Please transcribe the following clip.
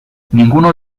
ninguno